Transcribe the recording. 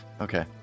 okay